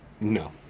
No